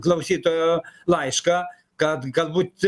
klausytojo laišką kad galbūt